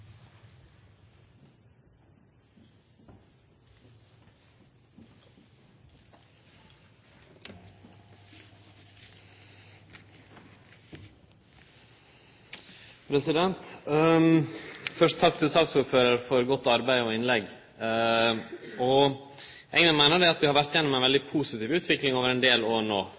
godt arbeid og innlegg. Eg meiner at vi har vore gjennom ei veldig positiv utvikling over ein del år